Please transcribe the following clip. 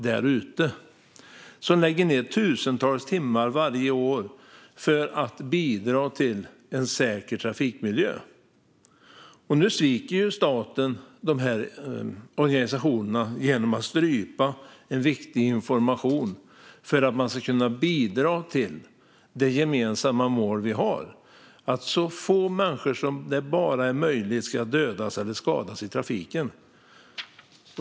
De lägger ned tusentals timmar varje år för att bidra till en säker trafikmiljö. Nu sviker staten organisationerna genom att strypa viktig information som finns för att bidra till det gemensamma målet, det vill säga att så få människor som det bara är möjligt ska dödas eller skadas i trafiken.